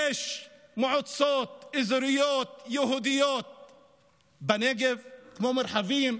יש מועצות אזוריות יהודיות בנגב, כמו מרחבים,